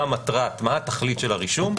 מה התכלית של הרישום?